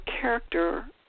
character